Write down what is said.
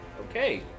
okay